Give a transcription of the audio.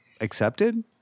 accepted